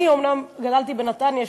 אני אומנם גדלתי בנתניה,